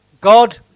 God